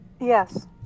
Yes